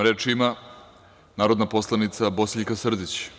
Reč ima narodna poslanica Bosiljka Srdić.